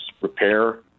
repair